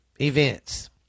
events